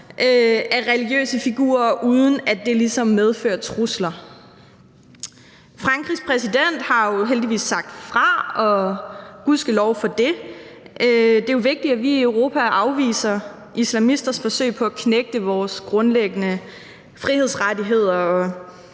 af religiøse figurer, uden det ligesom medfører trusler. Frankrigs præsident har heldigvis sagt fra, og gudskelov for det, og det er vigtigt, at vi i Europa afviser islamisters forsøg på at knægte vores grundlæggende frihedsrettigheder,